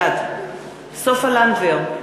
בעד סופה לנדבר,